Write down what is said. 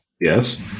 Yes